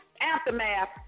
aftermath